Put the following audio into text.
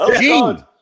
Gene